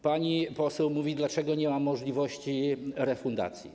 Pani poseł mówi: Dlaczego nie ma możliwości refundacji?